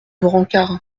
brancard